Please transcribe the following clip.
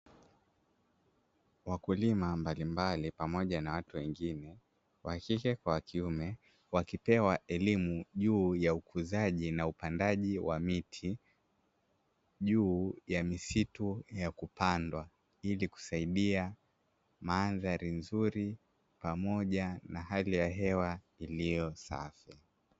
Wakulima mbalimbali pamoja na watu wengine (wa kike kwa wa kiume) wakipewa elimu juu ya ukuzaji na upandaji wa miti, juu ya misitu ya kupandwa, ili kusaidia mandhari nzuri pamoja na hali ya hewa iliyo safi.